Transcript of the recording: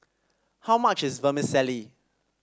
how much is Vermicelli